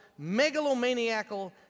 megalomaniacal